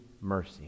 mercy